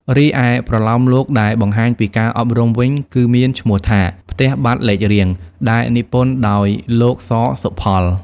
រីឯ ប្រលោមលោកដែលបង្ហាញពីការអប់រំវិញគឺមានឈ្មោះថា ផ្ទះបាត់លេខរៀង ដែលនិពន្ធដោយលោក ស សុផល។